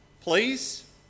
please